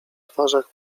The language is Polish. twarzach